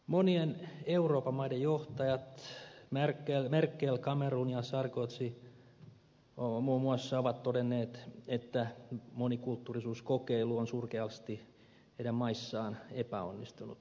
monien euroopan maiden johtajat merkel cameron ja sarkozy muun muassa ovat todenneet että monikulttuurisuuskokeilu on surkeasti heidän maissaan epäonnistunut